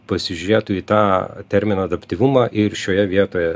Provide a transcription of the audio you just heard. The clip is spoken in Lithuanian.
pasižiūrėtų į tą terminą adaptyvumą ir šioje vietoje